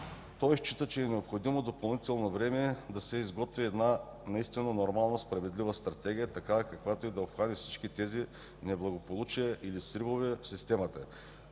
Той счита, че е необходимо допълнително време, за да се изготви една наистина нормална, справедлива стратегия, такава каквато да обхване всички тези неблагополучия или сривове в системата,